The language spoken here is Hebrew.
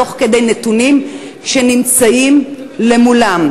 תוך בחינת הנתונים שנמצאים למולה.